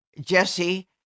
Jesse